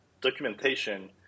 documentation